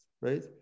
right